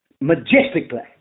majestically